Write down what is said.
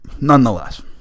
nonetheless